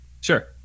Sure